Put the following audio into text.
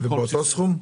באותו סכום?